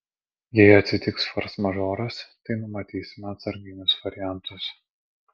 jei atsitiks forsmažoras tai numatysime atsarginius variantus